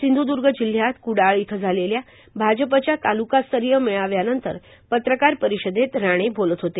सिंधुदर्ग जिल्ह्यात कुडाळ इथं झालेल्या भाजपच्या तालुकास्तरीय मेळाव्यानंतर पत्रकार परिषदेत राणे बोलत होते